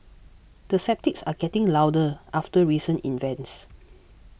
the sceptics are getting louder after recent events